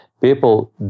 people